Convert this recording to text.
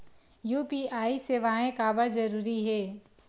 UPI सेवाएं काबर जरूरी हे?